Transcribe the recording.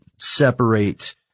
separate